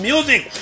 Music